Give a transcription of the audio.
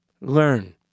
Learn